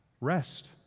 Rest